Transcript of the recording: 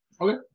Okay